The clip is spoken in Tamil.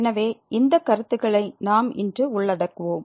எனவே இந்த கருத்துகளை நாம் இன்று உள்ளடக்குவோம்